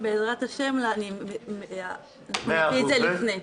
בעזרת השם, אנחנו נוציא את זה לפני.